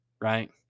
Right